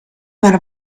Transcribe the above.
amount